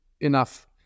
enough